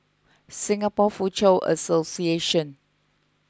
Singapore Foochow Association